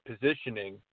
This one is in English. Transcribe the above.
positioning